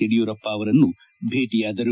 ಯಡಿಯೂರಪ್ಪ ಅವರನ್ನು ಭೇಟಿಯಾದರು